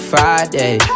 Friday